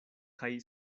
kaj